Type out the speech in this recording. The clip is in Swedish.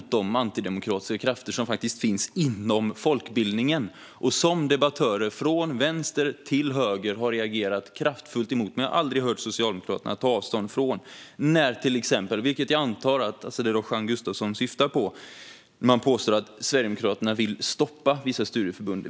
Det handlar om de antidemokratiska krafter som finns inom folkbildningen och som debattörer från vänster till höger har reagerat kraftfullt emot. Men jag har alltså aldrig hört Socialdemokraterna ta avstånd från detta. Samtidigt hör jag vad till exempel Azadeh Rojhan Gustafsson påstår, och jag antar att hon syftar på att Sverigedemokraterna vill stoppa vissa studieförbund.